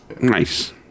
Nice